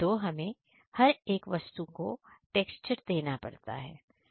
तो हमें हर एक वस्तु को टेक्सचर देना पड़ता है